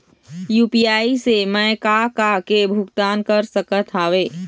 UPI से मैं का का के भुगतान कर सकत हावे?